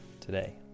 today